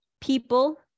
people